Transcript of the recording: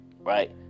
right